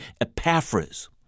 Epaphras